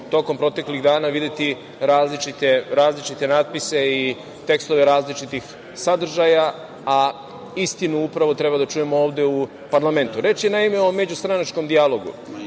tokom proteklih dana videti različite natpise i tekstove različitih sadržaja, a istinu, upravo treba da čujemo ovde u parlamentu. Reč je, naime, o međustranačkom dijalogu.